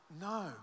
no